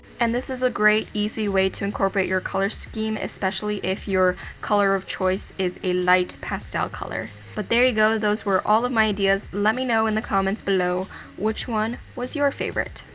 and this is a great, easy way to incorporate your color scheme, especially if your color of choice is a light pastel color. but there you go. those were all of my ideas. let me know in the comments below which one was your favorite.